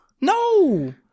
No